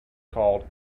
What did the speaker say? called